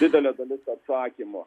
didelė dalis atsakymo